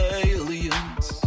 aliens